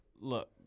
Look